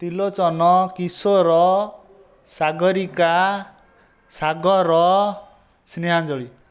Trilochan Kishore Sagarika Sagar Snehanjali